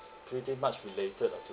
pretty much related ah to